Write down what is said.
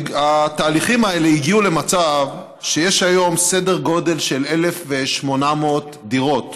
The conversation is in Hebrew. התהליכים האלה הגיעו למצב שיש היום סדר גודל של 1,800 דירות